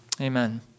Amen